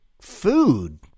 food